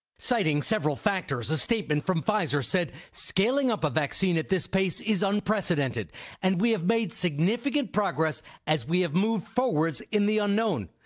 citing several factors a statement from pfizer said scaling up a vaccine at this pace is unprecedented and we have made significant progress as we have moved forward in the unknown.